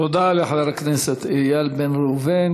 תודה לחבר הכנסת איל בן ראובן.